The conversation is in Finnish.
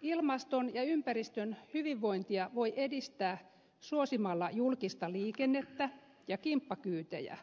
ilmaston ja ympäristön hyvinvointia voi edistää suosimalla julkista liikennettä ja kimppakyytejä